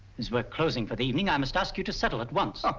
as were closing for the evening i must ask you to settle at once. um